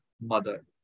mother